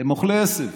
הם אוכלי עשב.